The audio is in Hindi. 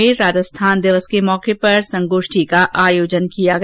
धौलपुर में राजस्थान दिवस के अवसर पर संगोष्ठी का आयोजन किया गया